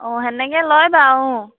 অঁ তেনেকৈ লয় বাৰু অঁ